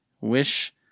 wish